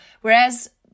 whereas